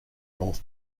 north